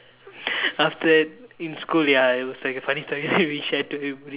after that in school ya it was like a funny story that we shared to everybody